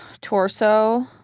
Torso